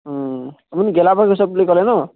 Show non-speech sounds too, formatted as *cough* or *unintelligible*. আপুনি গেলা *unintelligible* বুলি ক'লে নহ্